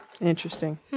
interesting